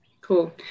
Cool